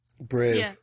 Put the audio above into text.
Brave